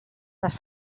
les